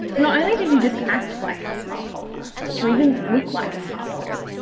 not only did you just act like a smart polymer, but you even look like a smart polymer.